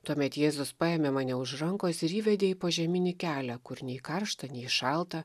tuomet jėzus paėmė mane už rankos ir įvedė į požeminį kelią kur nei karšta nei šalta